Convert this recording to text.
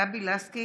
גבי לסקי